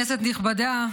כנסת נכבדה,